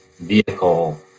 vehicle